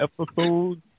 episodes